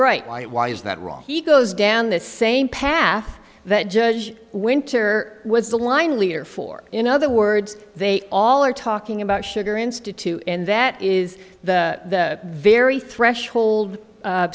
right why why is that wrong he goes down the same path that judge winter was the line leader for in other words they all are talking about sugar institue and that is the very threshold